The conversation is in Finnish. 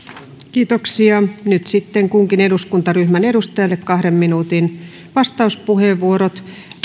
kiitoksia nyt sitten kunkin eduskuntaryhmän edustajalle kahden minuutin vastauspuheenvuorot